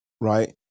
right